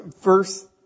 first